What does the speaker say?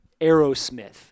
Aerosmith